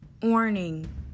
Warning